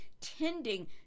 tending